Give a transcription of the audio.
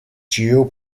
duo